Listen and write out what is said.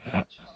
I